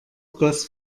goss